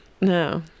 No